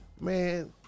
Man